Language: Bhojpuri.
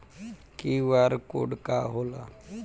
क्यू.आर कोड का होला?